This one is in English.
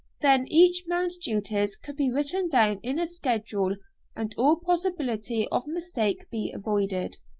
then each man's duties could be written down in a schedule and all possibility of mistake be avoided.